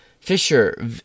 Fisher